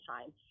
time